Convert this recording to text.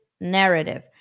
narrative